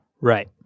Right